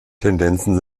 tendenzen